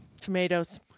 Tomatoes